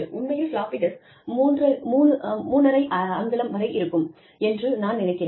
உண்மையில் floppy disk 3 12 அங்குலம் வரை இருக்கும் என்று நான் நினைக்கிறேன்